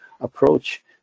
approach